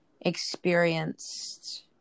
experienced